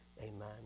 Amen